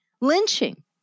lynching